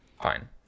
fine